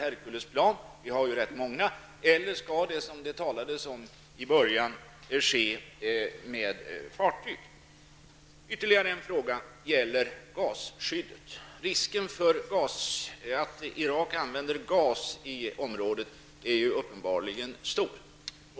Herkulesplan -- vi har ju rätt många -- eller skall den, som man sade i början, ske med fartyg? Ytterligare en fråga gäller gasskyddet. Risken för att Irak använder gas i området är ju uppenbarligen stor.